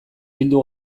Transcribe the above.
bildu